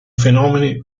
fenomeni